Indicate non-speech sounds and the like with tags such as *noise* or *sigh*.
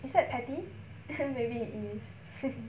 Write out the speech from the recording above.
is that petty *laughs* maybe it is